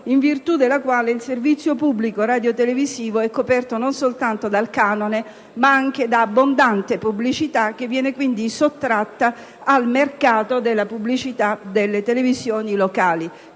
in virtù della quale il servizio pubblico radiotelevisivo è coperto non soltanto dal canone ma anche da abbondante pubblicità, che viene quindi sottratta al mercato della pubblicità delle televisioni locali.